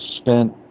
spent